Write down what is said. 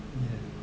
ya